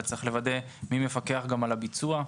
וצריך לוודא מי מפקח על הביצוע,